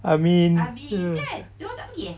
amin